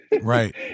right